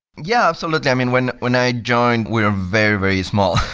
yeah, absolutely. i mean, when when i joined, we're very, very small.